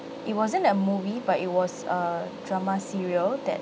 it wasn't a movie but it was a drama serial that